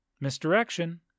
Misdirection